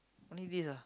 only this ah